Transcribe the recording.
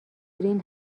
گرین